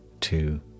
two